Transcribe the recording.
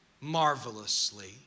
marvelously